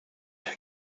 get